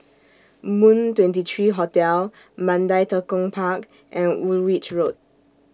Moon twenty three Hotel Mandai Tekong Park and Woolwich Road